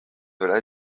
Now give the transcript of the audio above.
veulent